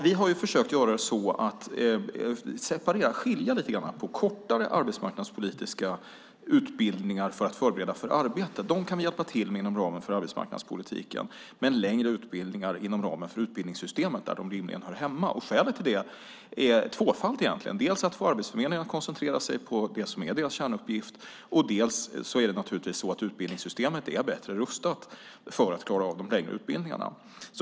Vi har försökt skilja lite grann på kortare arbetsmarknadspolitiska utbildningar för att förbereda för arbete - dem kan vi hjälpa inom ramen för arbetsmarknadspolitiken - och längre utbildningar inom ramen för utbildningssystemet, där de rimligen hör hemma. Skälet till det är tvåfaldigt. Dels handlar det om att Arbetsförmedlingen ska kunna koncentrera sig på det som är deras kärnuppgift, dels är utbildningssystemet bättre rustat för att klara av de längre utbildningarna.